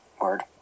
Word